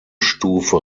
stufe